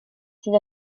sydd